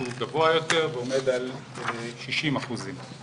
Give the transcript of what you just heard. שהוא גבוה יותר ועומד על שישים אחוזים.